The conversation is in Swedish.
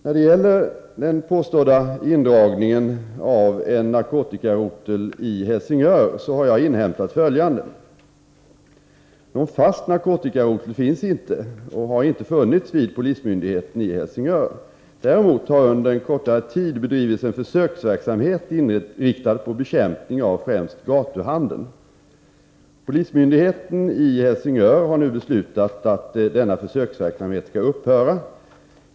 När det gäller den påstådda indragningen av en narkotikarotel i Helsingör här jag inhämtat följande. Någon fast narkotikarotel finns inte och har inte = Nr 146 funnits vid polismyndigheten i Helsingör. Däremot har under en kortare tid Torsdagen den bedrivits en försöksverksamhet inriktad på bekämpning av främst gatuhan = 17 maj 1984 deln. Polismyndigheten i Helsingör har nu beslutat att denna försöksverk samhet skall upphöra.